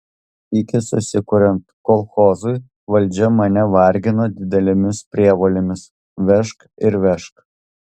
iki susikuriant kolchozui valdžia mane vargino didelėmis prievolėmis vežk ir vežk